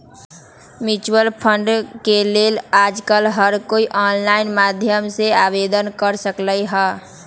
mutual fund के लेल आजकल हर कोई ऑनलाईन माध्यम से आवेदन कर सकलई ह